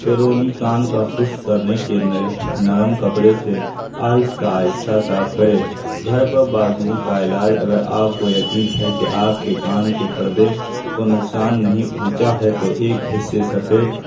بیرونی کان کا خشک کرنے کے نرم کپڑے سے آہستہ آہستہ صاف کرے گھر پر بازوؤں کا علاج اگر آپ کو یقین ہے کہ آپ کے کان کے پردے کو نقصان نہیں پہنچا ہے تو ایک حصے سفید